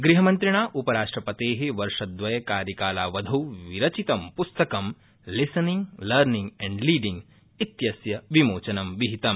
गृहमन्त्रिणा उपराष्ट्रपते वर्षद्रय कार्यकालावधौ विरचित पुस्तक लिसनिंग लर्निंग एंड लीडिंग इत्यस्य विमोचन विहितम्